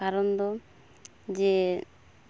ᱠᱟᱨᱚᱱᱫᱚ ᱡᱮ